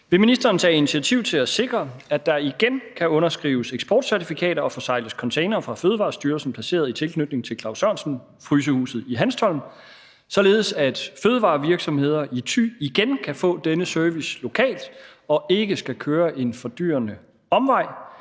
Vil ministeren tage initiativ til at sikre, at der igen kan underskrives eksportcertifikater og forsegles containere fra Fødevarestyrelsen placeret i tilknytning til Claus Sørensen-frysehuset i Hanstholm, således at fødevarevirksomheder i Thy igen kan få denne service lokalt og ikke skal køre en fordyrende omvej